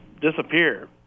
disappear